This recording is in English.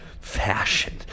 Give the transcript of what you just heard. fashion